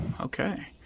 okay